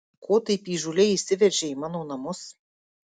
ko taip įžūliai įsiveržei į mano namus